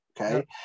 Okay